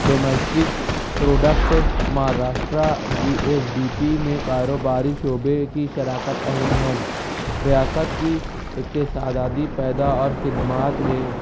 domestic product Maharashtra G F D P میں کاروباری شعبے کی شراکت اہم ہے ریاست کی اقتصادی پیدا اور خدمات میں